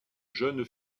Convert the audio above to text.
jeunes